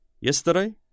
yesterday